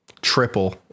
triple